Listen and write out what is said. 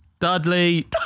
Dudley